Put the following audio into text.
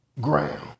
ground